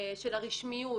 של הרשמיות,